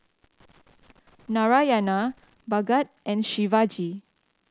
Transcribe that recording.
Narayana Bhagat and Shivaji